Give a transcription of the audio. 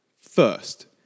first